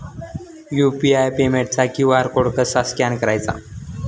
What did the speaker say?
UPI पेमेंटचा QR code कसा scan करायचा?